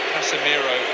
Casemiro